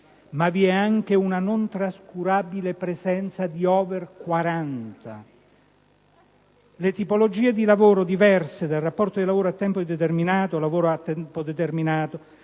ma vi è anche una non trascurabile presenza di *over* 40. La ricorrenza di tipologie di lavoro diverse dal rapporto di lavoro a tempo indeterminato (lavoro a tempo determinato,